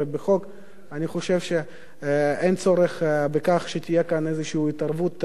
אני חושב שאין צורך שתהיה כאן איזו התערבות אגרסיבית,